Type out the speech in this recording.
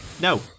No